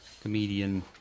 Comedian